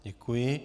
Děkuji.